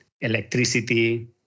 electricity